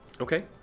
Okay